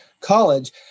College